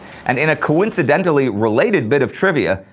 and in a coincidentally related bit of trivia,